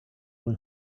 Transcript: one